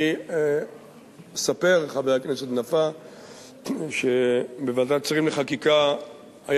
אני אספר לחבר הכנסת נפאע שבוועדת השרים לחקיקה היה